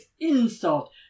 insult